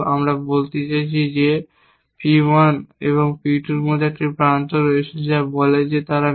আমি বলতে চাইছি যে P 1 এবং P 2 এর মধ্যে একটি প্রান্ত রয়েছে যা বলে যে তারা Mutex